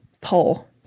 pull